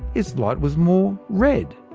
its light was more red.